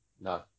No